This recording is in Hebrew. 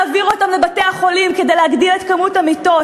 במקום להעביר אותם לבתי-החולים כדי להגדיל את מספר המיטות,